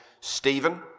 Stephen